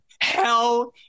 Hell